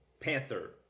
Panther